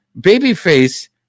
Babyface